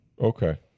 okay